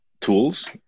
tools